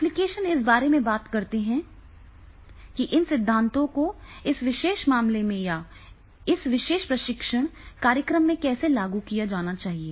application इस बारे में बात करते हैं कि इन सिद्धांतों को इस विशेष मामले में या इस विशेष प्रशिक्षण कार्यक्रम में कैसे लागू किया जाना चाहिए